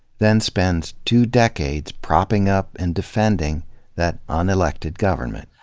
then spends two decades propping up and defending that un-elected government.